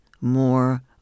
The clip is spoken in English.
more